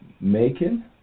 Macon